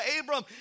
Abram